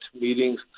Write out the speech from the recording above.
meetings